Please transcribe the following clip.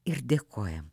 ir dėkojam